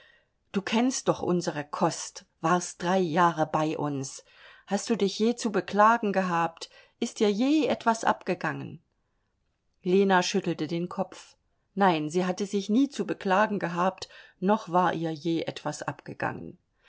du kennst doch unsere kost warst drei jahre bei uns hast du dich je zu beklagen gehabt ist dir je etwas abgegangen lena schüttelte den kopf nein sie hatte sich nie zu beklagen gehabt noch war ihr je etwas abgegangen